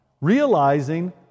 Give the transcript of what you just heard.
realizing